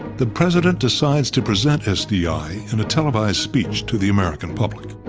the president decides to present s d i. in a televised speech to the american public.